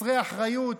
חסרי אחריות.